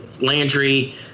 Landry